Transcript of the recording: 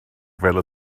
fel